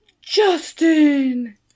Justin